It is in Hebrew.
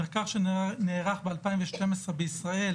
במחקר שנערך ב-2012 בישראל,